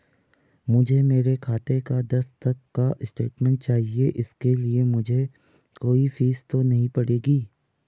मुझे मेरे खाते का दस तक का स्टेटमेंट चाहिए इसके लिए मुझे कोई फीस तो नहीं पड़ेगी?